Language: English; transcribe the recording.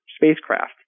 spacecraft